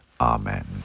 Amen